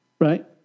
Right